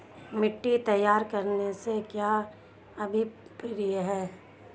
मिट्टी तैयार करने से क्या अभिप्राय है?